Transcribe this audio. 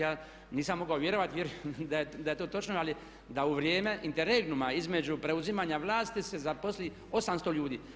Ja nisam mogao vjerovati da je to točno, ali da u vrijeme inter regnuma između preuzimanja vlasti se zaposli 800 ljudi.